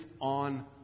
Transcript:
on